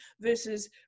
versus